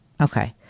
Okay